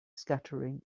scattering